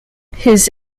his